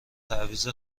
تعویض